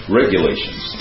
regulations